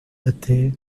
até